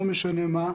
לא משנה מה.